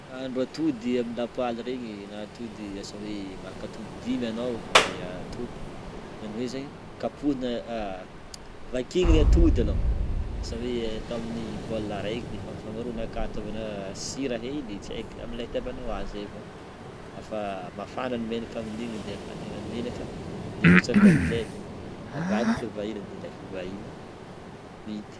Ahandro atody amin'ny lapoaly regny na asa hoe malaka atody dimy ano de atoko zany hoe zany kapoana- vakina i atody aloha asa hoe ato amin'ny baolina reka de afagnarona aka na tsira hely amin'ilay itiavano azy zegny fa mafana ny menaka amin'igny de afanena ny menaka de arotsaka ao amin'izegny de avadika avy ahila de alefa avy ahila vita.